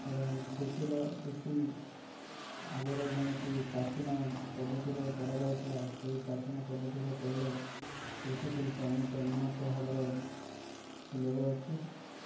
ଏବଂ କୃଷିର କୃଷି ଆଗରେ ଯେମିତି ପ୍ରାଚୀନ ପଦ୍ଧତିରେ କରାଯାଉଥିଲା ସେଇ ପ୍ରାଚୀନ ପଦ୍ଧତିରେ କଲେ କୃଷି ଶିଳ୍ପ ଅନେକ ଉନ୍ନତ ହେବାର ସୁଯୋଗ ଅଛି